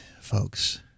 folks